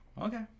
okay